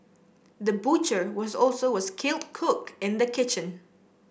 the butcher was also a skilled cook in the kitchen